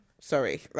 sorry